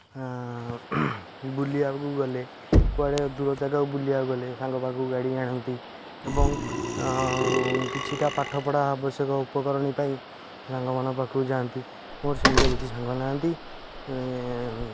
ବୁଲିବାକୁ ଗଲେ କୁଆଡ଼େ ଦୂର ଜାଗାକୁ ବୁଲିବାକୁ ଗଲେ ସାଙ୍ଗ ପାଖକୁ ଗାଡ଼ି ଆଣନ୍ତି ଏବଂ କିଛିଟା ପାଠପଢ଼ା ଆବଶ୍ୟକ ଉପକରଣୀ ପାଇଁ ସାଙ୍ଗମାନଙ୍କ ପାଖକୁ ଯାଆନ୍ତି ମୋର ସେମିତିଆ କିଛି ସାଙ୍ଗ ନାହାନ୍ତି